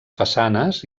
façanes